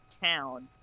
town